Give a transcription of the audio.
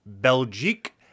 Belgique